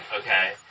Okay